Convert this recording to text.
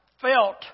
felt